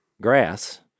grass